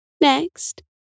Next